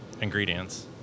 ingredients